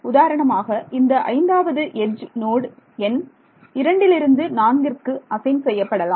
உதாரணமாக இந்த ஐந்தாவது எட்ஜ் நோடு எண் இரண்டிலிருந்து நான்கிற்கு அசைன் செய்யப்படலாம்